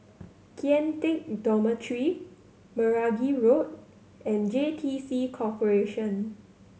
Kian Teck Dormitory Meragi Road and J T C Corporation